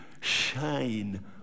shine